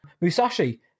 musashi